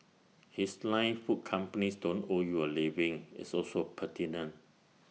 his line food companies don't owe you A living is also pertinent